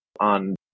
on